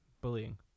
Bullying